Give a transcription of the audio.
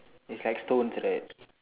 it's like stones right